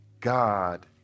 God